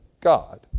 God